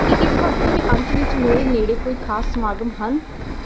ਕੀ ਇਸ ਹਫ਼ਤੇ ਦੇ ਅੰਤ ਵਿੱਚ ਮੇਰੇ ਨੇੜੇ ਕੋਈ ਖ਼ਾਸ ਸਮਾਗਮ ਹਨ